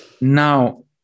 Now